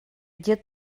дед